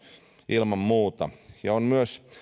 ilman muuta on myös